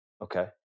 Okay